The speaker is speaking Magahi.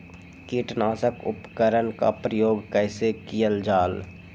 किटनाशक उपकरन का प्रयोग कइसे कियल जाल?